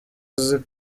azi